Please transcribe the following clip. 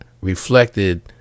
reflected